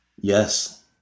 Yes